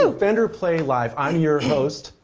so fender play live. i'm your host,